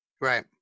Right